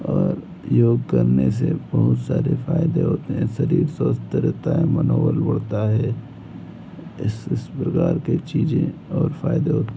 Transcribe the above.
और योग करने से बहुत सारे फ़ायदे होते हैं शरीर स्वस्थ रहता है मनोबल बढ़ता है इस इस प्रकार की चीज़ें और फ़ायदे